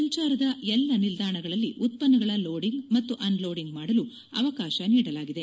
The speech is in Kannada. ಸಂಚಾರದ ಎಲ್ಲ ನಿಲ್ದಾಣಗಳಲ್ಲಿ ಉತ್ಪನ್ನಗಳ ಲೋಡಿಂಗ್ ಮತ್ತು ಅನ್ಲೋಡಿಂಗ್ ಮಾಡಲು ಅವಕಾಶ ನೀಡಲಾಗಿದೆ